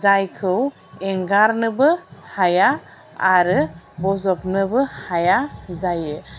जायखौ एंगारनोबो हाया आरो बजबनोबो हाया जायो